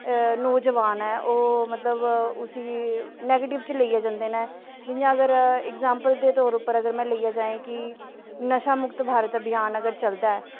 नौजवान ऐ ओह् मतलब उस्सी नैगेटिव च लेइयै जंदे न जि'यां अगर अग्जैंपल दे तौर पर अगर में लेइयै जां कि नशा मुक्त भारत अभियान अगर चलदा ऐ